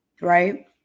right